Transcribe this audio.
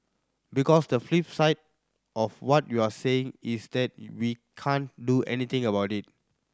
because the flip side of what you're saying is that we can't do anything about it